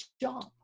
job